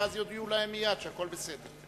ואז יודיעו להם מייד שהכול בסדר.